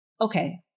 Okay